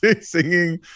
singing